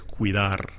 cuidar